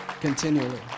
continually